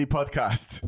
Podcast